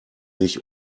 sich